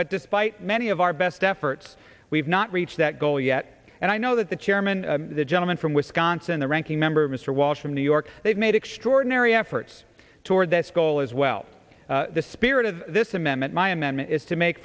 but despite many of our best efforts we've not reach that goal yet and i know that the chairman the gentleman from wisconsin the ranking member mr walsh from new york they've made extraordinary efforts toward that goal as well the spirit of this amendment my amendment is to make